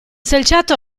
selciato